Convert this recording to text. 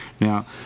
Now